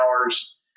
hours